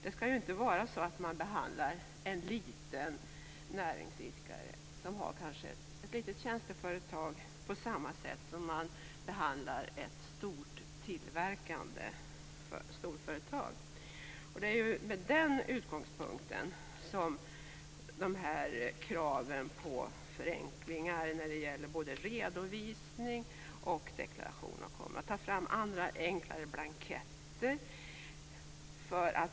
Man skall ju inte behandla en liten näringsidkare som har t.ex. ett litet tjänsteföretag på samma sätt som man behandlar ett stort tillverkningsföretag. Det är från den utgångspunkten som kraven på förenklingar när det gäller både redovisning och deklarationer har ställts. Man borde också ta fram andra och enklare blanketter.